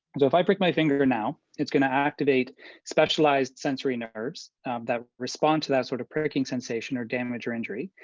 so if i break my finger now, it's gonna activate specialized sensory nerves that respond to that sort of pricking sensation or damage or injury.